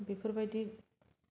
बेफोरबायदि